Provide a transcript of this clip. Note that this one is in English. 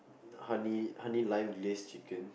honey honey lime glazed chicken